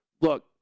look